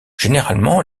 généralement